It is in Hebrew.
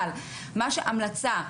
אבל ההמלצה,